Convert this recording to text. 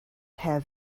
have